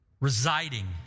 residing